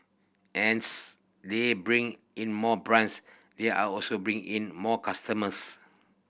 as they bring in more brands they are also bringing in more customers